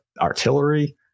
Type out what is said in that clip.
artillery